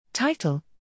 Title